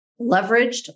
leveraged